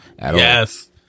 Yes